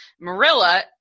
Marilla